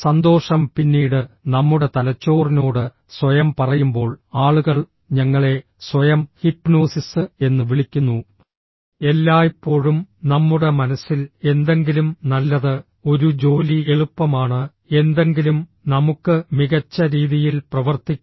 സന്തോഷം പിന്നീട് നമ്മുടെ തലച്ചോറിനോട് സ്വയം പറയുമ്പോൾ ആളുകൾ ഞങ്ങളെ സ്വയം ഹിപ്നോസിസ് എന്ന് വിളിക്കുന്നു എല്ലായ്പ്പോഴും നമ്മുടെ മനസ്സിൽ എന്തെങ്കിലും നല്ലത് ഒരു ജോലി എളുപ്പമാണ് എന്തെങ്കിലും നമുക്ക് മികച്ച രീതിയിൽ പ്രവർത്തിക്കും